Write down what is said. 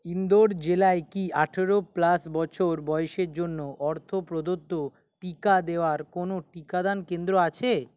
ইন্দোর জেলায় কি আঠেরো প্লাস বছর বয়সের জন্য অর্থ প্রদত্ত টিকা দেওয়ার কোনও টিকাদান কেন্দ্র আছে